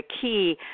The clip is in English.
key